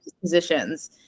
positions